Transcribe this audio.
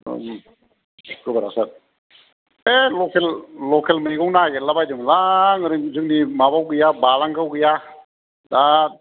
सुक्रुबारावसो हे लकेल लकेल मैगं नागिरला बायदोंमोनलां ओरै जोंनि माबायाव गैया बालांगायाव गैया दा